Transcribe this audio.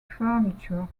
furniture